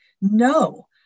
No